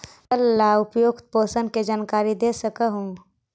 फसल ला उपयुक्त पोषण के जानकारी दे सक हु?